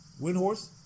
Windhorse